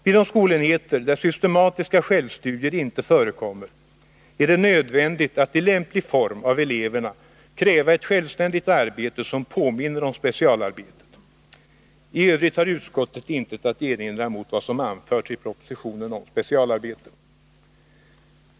Vid de skolenheter där systematiska självstudier inte förekommer är det nödvändigt att i lämplig form av eleverna kräva ett självständigt arbete som påminner om specialarbete. I övrigt har utskottet intet att erinra mot vad som anförts i propositionen om specialarbete.